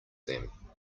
them